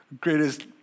greatest